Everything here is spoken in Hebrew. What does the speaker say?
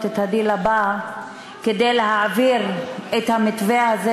את הדיל הבא כדי להעביר את המתווה הזה,